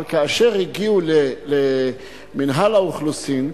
אבל כאשר הגיעו למינהל האוכלוסין,